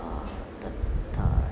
uh the the